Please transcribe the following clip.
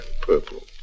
purple